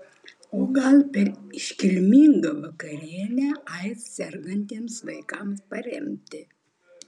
o gal per iškilmingą vakarienę aids sergantiems vaikams paremti